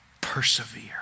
persevere